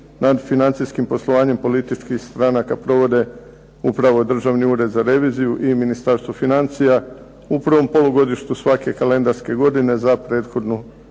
nad financijskim poslovanjem političkih stranaka provode upravo Državni ured za reviziju i Ministarstvo financija u prvom polugodištu svake kalendarske godine za prethodnu